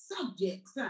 subjects